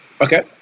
okay